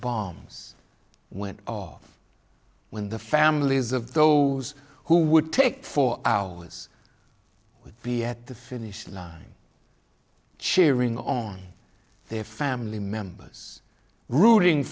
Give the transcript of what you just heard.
bombs went off when the families of those who would take four hours would be at the finish line cheering on their family members rooting